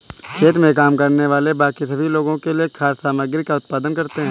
खेत में काम करने वाले बाकी सभी लोगों के लिए खाद्य सामग्री का उत्पादन करते हैं